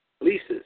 leases